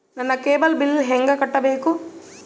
ನನ್ನ cable bill ಹೆಂಗ ಕಟ್ಟಬೇಕು?